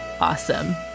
awesome